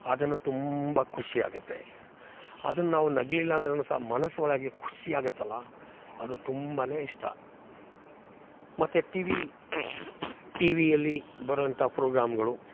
ಅದನ್ನು ತುಂಬ ಖುಷಿಯಾಗುತ್ತೆ ಅದನ್ನು ನಾವು ನಗ್ಲಿಲ್ಲಾಂದ್ರೂ ಸಹ ಮನಸ್ಸೊಳಗೆ ಖುಷಿಯಾಗುತ್ತಲ ಅದು ತುಂಬ ಇಷ್ಟ ಮತ್ತು ಟಿ ವಿ ಟಿ ವಿಯಲ್ಲಿ ಬರುವಂಥ ಪ್ರೋಗ್ರಾಮ್ಗಳು